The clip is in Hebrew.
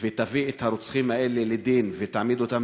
ותביא את הרוצחים האלה לדין ותעמיד אותם